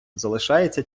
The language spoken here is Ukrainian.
залишається